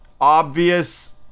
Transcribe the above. obvious